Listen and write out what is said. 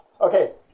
Okay